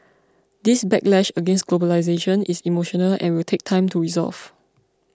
this backlash against globalisation is emotional and will take time to resolve